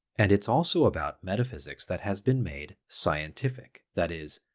and it's also about metaphysics that has been made scientific, that is,